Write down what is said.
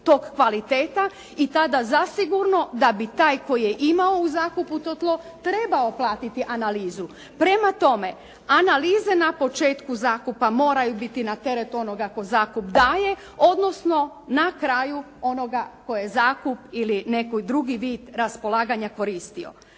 tok kvaliteta, i tada zasigurno da bi taj koji je imao u zakupu to tlo trebao platiti analizu. Prema tome analiza na početku zakupa mora biti na teret onoga tko zakup daje, odnosno na kraju onoga tko je zakup ili neki drugi vid raspolaganja koristio.